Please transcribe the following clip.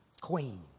queen